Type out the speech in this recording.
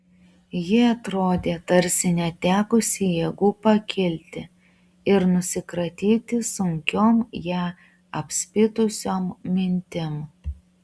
ji atrodė tarsi netekusi jėgų pakilti ir nusikratyti sunkiom ją apspitusiom mintim